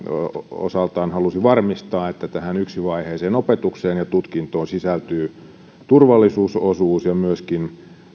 osaltaan halusi varmistaa että tähän yksivaiheiseen opetukseen ja tutkintoon sisältyy turvallisuusosuus ja myöskin